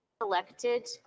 Elected